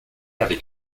avec